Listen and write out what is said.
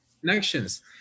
connections